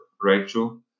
Rachel